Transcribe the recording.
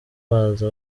baza